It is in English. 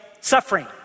suffering